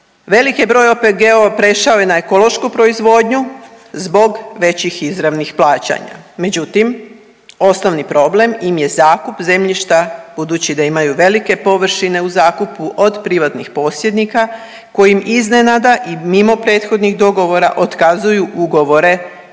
Velik je broj OPG-ova prešao na ekološku proizvodnju zbog većih izravnih plaćanja. Međutim, osnovni problem im je zakup zemljišta budući da imaju velike površine u zakupu od privatnih posjednika koji im iznenada i mimo prethodnih dogovora otkazuju ugovore o